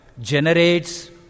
generates